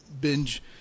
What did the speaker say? binge